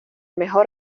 mejor